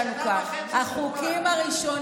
נא לאפשר לדוברת --- החוקים הראשונים,